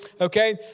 Okay